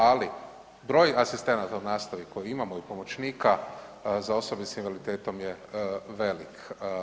Ali broj asistenata u nastavi koji imamo i pomoćnika za osobe sa invaliditetom je velik.